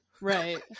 Right